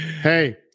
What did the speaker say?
Hey